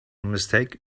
mistake